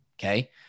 Okay